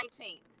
19th